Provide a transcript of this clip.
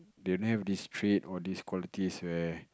they don't have this trait or this qualities where